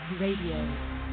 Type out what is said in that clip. Radio